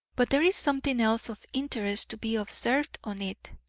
but there is something else of interest to be observed on it.